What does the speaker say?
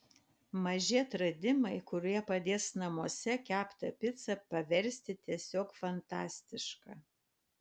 maži atradimai kurie padės namuose keptą picą paversti tiesiog fantastiška